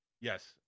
Yes